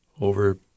over